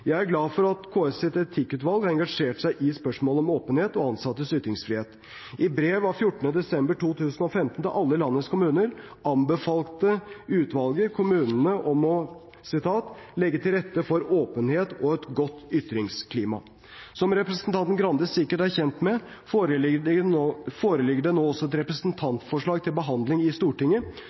Jeg er glad for at KS’ etikkutvalg har engasjert seg i spørsmålet om åpenhet og ansattes ytringsfrihet. I brev av 14. desember 2015 til alle landets kommuner anbefalte utvalget kommunene «å legge til rette for åpenhet og et godt ytringsklima». Som representanten Grande sikkert er kjent med, foreligger det nå også et representantforslag til behandling i Stortinget